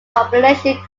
population